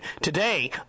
today